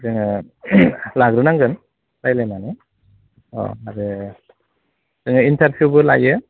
जोङो लाग्रोनांगोन रायज्लायनानै अ आरो जोङो इन्टार्नशिपबो लायो